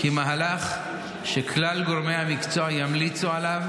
כי מהלך שכלל גורמי המקצוע ימליצו עליו,